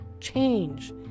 Change